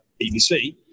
BBC